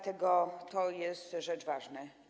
To jest rzecz ważna.